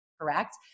correct